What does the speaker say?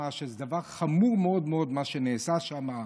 שזה דבר חמור מאוד מאוד מה שנעשה שם,